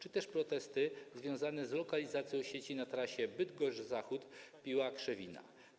Są też protesty związane z lokalizacją sieci na trasie Bydgoszcz Zachód - Piła Krzewina.